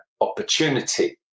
opportunity